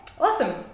Awesome